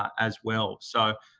as well. so,